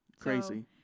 Crazy